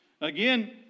Again